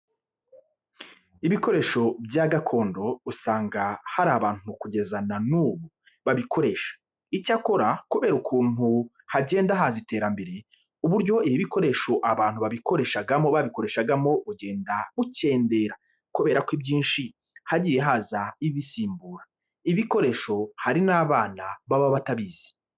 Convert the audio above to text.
Ibikoresho bya gakondo usanga hari abantu kugeza na n'ubu bakibikoresha. Icyakora kubera ukuntu hagenda haza iterambere, uburyo ibi bikoresho abantu babikoreshagamo bugenda bukendera kubera ko ibyinshi hagiye haza ibibisimbura. Ibi bikoresho hari n'abana baba batabizi.